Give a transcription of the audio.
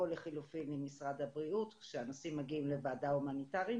או לחילופין עם משרד הבריאות כשהנוסעים מגיעים לוועדה הומניטרית,